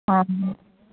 অঁ